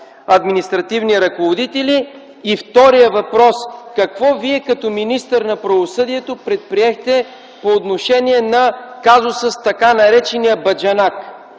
административни ръководители? Вторият въпрос: какво Вие, като министър на правосъдието, предприехте по отношение на казуса с така наречения баджанак?